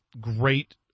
great